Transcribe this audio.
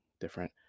different